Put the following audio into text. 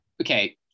Okay